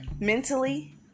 mentally